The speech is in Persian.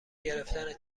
گرفتن